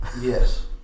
Yes